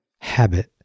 habit